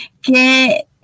que